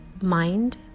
mind